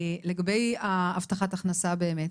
לגבי הבטחת הכנסה באמת,